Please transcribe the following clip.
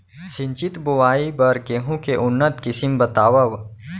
सिंचित बोआई बर गेहूँ के उन्नत किसिम बतावव?